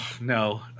No